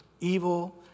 evil